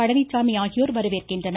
பழனிசாமி ஆகியோர் வரவேற்கின்றனர்